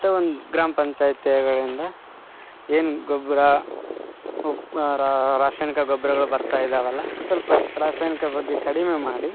ಅಥವಾ ಒಂದು ಗ್ರಾಮ ಪಂಚಾಯ್ತಿಗಳಿಂದ ಏನು ಗೊಬ್ಬರ ರಾಸಾಯನಿಕ ಗೊಬ್ಬರಗಳು ಬರ್ತಾ ಇದಾವೆ ಅಲ್ವ ಸ್ವಲ್ಪ ರಾಸಾಯನಿಕ ಬಗ್ಗೆ ಕಡಿಮೆ ಮಾಡಿ